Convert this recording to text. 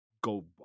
go